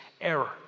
error